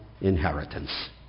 inheritance